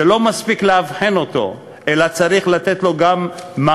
לא מספיק לאבחן אותו אלא צריך גם לתת לו מענים.